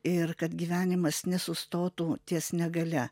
ir kad gyvenimas nesustotų ties negalia